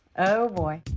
oh, boy.